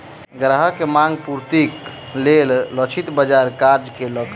ग्राहक के मांग पूर्तिक लेल लक्षित बाजार कार्य केलक